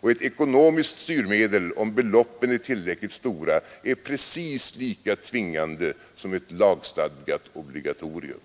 Och ett ekonomiskt styrmedel är, om beloppen är tillräckligt stora, precis lika tvingande som ett lagstadgat obligatorium.